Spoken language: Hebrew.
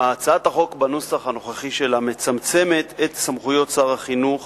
הצעת החוק בנוסח הנוכחי שלה מצמצמת את סמכויות שר החינוך